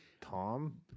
Tom